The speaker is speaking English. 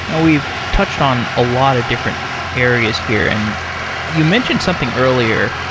and we've touched on a lot of different areas here, and you mentioned something earlier,